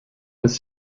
was